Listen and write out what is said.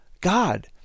God